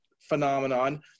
phenomenon